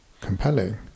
compelling